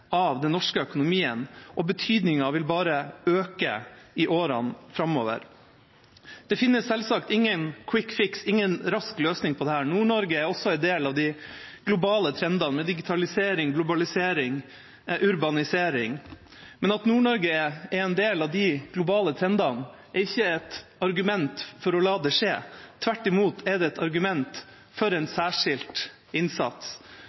av den norske økonomien, og betydningen vil bare øke i årene framover. Det finnes selvsagt ingen kvikkfiks eller rask løsning på dette. Nord-Norge er også en del av de globale trendene, med digitalisering, globalisering og urbanisering. Men at Nord-Norge er en del av de globale trendene, er ikke et argument for å la det skje. Tvert imot er det et argument for en særskilt innsats.